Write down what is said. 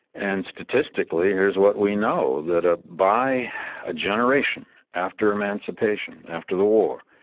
and statistically here's what we know, that ah by a generation after emancipation, after the war,